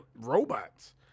robots